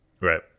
Right